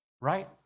right